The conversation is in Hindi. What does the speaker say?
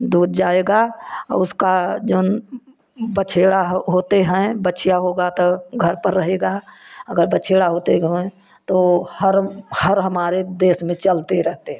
दूध जाएगा उसका जऊन बछड़ा होते हैं बछिया होगा तो घर पर रहेगा अगर बछड़ा होते होएँ तो हर हर हमारे देश में चलते रहते